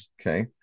Okay